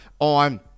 on